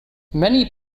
many